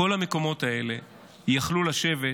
בכל המקומות האלה יכלו לשבת,